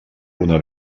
una